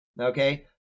Okay